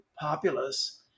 populace